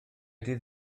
dydd